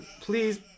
Please